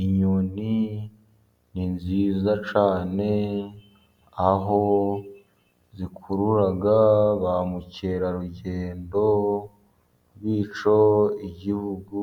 Inyoni ni nziza cyane aho zikurura ba mukerarugendo, bityo igihugu